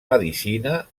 medicina